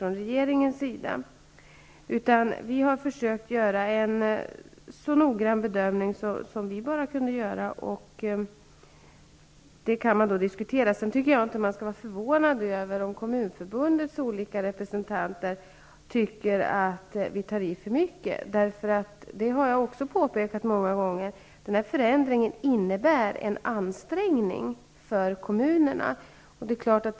Vi har i stället försökt att göra en så noggrann bedömning som möjligt, vilken naturligtvis kan diskuteras. Att Kommunförbundets olika representanter tycker att vi ''tar i för mycket'', skall man inte bli förvånad över, därför att denna förändring innebär en ansträngning för kommunerna, vilket jag även många gånger påpekat.